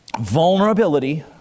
Vulnerability